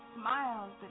smiles